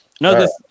No